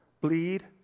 bleed